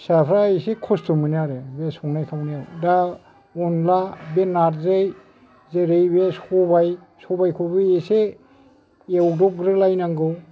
फिसाफ्रा एसे खस्थ' मोनो आरो बे संनाय खावनायाव दा अनला बे नारजि जेरै बे सबाइ सबाइखौबो एसे एवदबग्रोलायनांगौ